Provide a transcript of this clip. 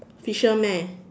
fisherman